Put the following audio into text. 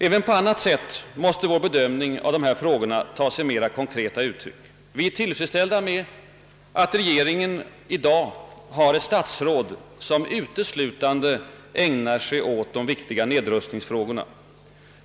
även på annat sätt måste vår bedömning av dessa frågor ta sig mera konkreta uttryck. Det är tillfredsställande att regeringen i dag har ett statsråd som uteslutande ägnar sig åt de viktiga nedrustningsfrågorna.